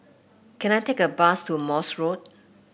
can I take a bus to Morse Road